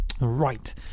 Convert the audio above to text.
Right